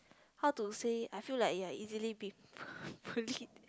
how to say I feel like you're easily b~ bullied